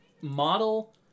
Model